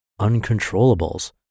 uncontrollables